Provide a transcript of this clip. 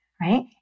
right